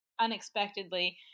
unexpectedly